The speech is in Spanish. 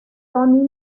toni